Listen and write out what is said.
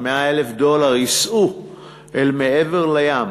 100,000 הדולר ייסעו אל מעבר לים,